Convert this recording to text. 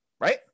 right